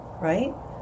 right